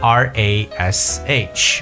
rash